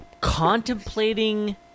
contemplating